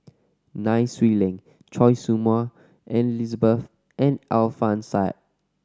Nai Swee Leng Choy Su Moi Elizabeth and Alfian Sa'at